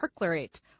perchlorate